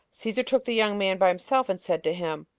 caesar took the young man by himself, and said to him,